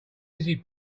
easy